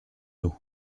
nous